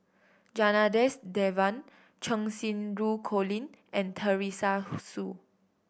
Janadas Devan Cheng Xinru Colin and Teresa Hsu